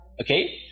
Okay